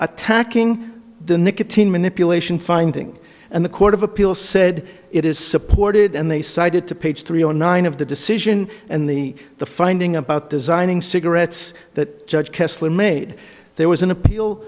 attacking the nicotine manipulation finding and the court of appeal said it is supported and they cited to page three hundred nine of the decision and the the finding about designing cigarettes that judge kessler made there was an appeal